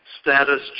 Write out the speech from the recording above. Status